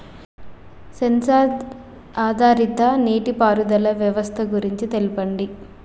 Censor ఆధారిత నీటిపారుదల వ్యవస్థ గురించి తెల్పండి?